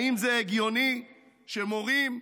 האם זה הגיוני שמורים,